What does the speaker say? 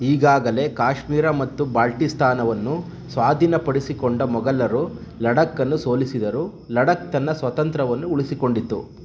ಈಗಾಗಲೇ ಕಾಶ್ಮೀರ ಮತ್ತು ಬಾಲ್ಟಿಸ್ತಾನವನ್ನು ಸ್ವಾದೀನಪಡಿಸಿಕೊಂಡ ಮೊಘಲರು ಲಡಾಕನ್ನು ಸೋಲಿಸಿದರು ಲಡಾಕ್ ತನ್ನ ಸ್ವಾತಂತ್ರ್ಯವನ್ನು ಉಳಿಸಿಕೊಂಡಿತು